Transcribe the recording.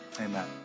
Amen